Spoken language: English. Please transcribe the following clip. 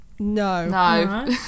No